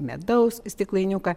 medaus stiklainiuką